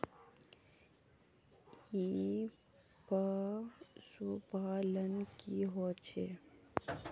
ई पशुपालन की होचे?